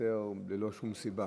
חסר ללא שום סיבה.